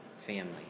family